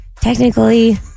Technically